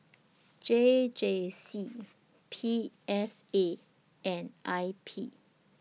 J J C P S A and I P